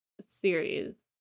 series